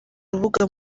rubuga